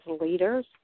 leaders